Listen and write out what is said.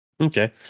Okay